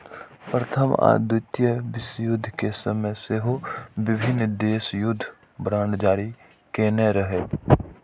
प्रथम आ द्वितीय विश्वयुद्ध के समय सेहो विभिन्न देश युद्ध बांड जारी केने रहै